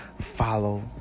follow